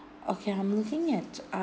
okay I'm looking at